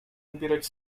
ubierać